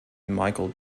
michael